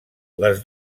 les